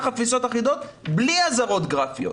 חפיסות אחידות בלי אזהרות גרפיות,